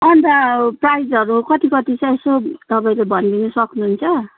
अन्त प्राइजहरू कति कति छ यसो तपाईँले भनिदिनु सक्नु हुन्छ